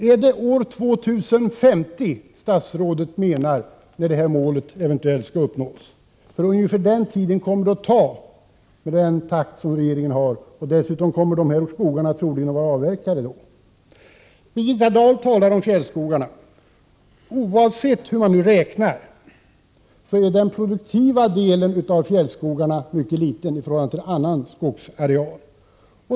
Är det år 2050 statsrådet menar att det här målet eventuellt skall uppnås? Pot är ungefär den tid som det kommer att ta, med den takt som regeringen har. Dessutom kommer de aktuella skogarna troligen att vara avverkade då. Birgitta Dahl talar om fjällskogarna. Oavsett hur man räknar är den produktiva delen av fjällskogarna mycket liten, i förhållande till annan skogsareal.